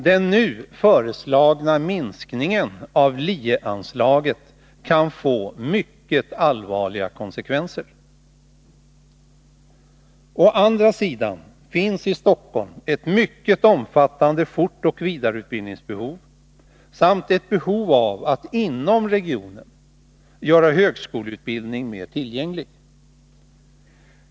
Den nu föreslagna minskningen av LIE-anslaget kan få mycket allvarliga konsekvenser. Å andra sidan finns i Stockholm ett mycket omfattande fortoch vidareutbildningsbehov samt ett behov av att inom regionen göra högskoleutbildning mer tillgänglig.